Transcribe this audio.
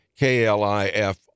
KLIF